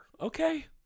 Okay